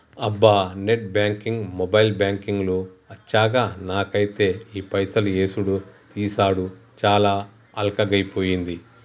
అబ్బా net banking mobile banking లు అచ్చాక నాకైతే ఈ పైసలు యేసుడు తీసాడు చాలా అల్కగైపోయింది